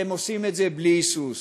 אתם עושים את זה בלי היסוס,